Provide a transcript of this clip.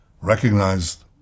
recognized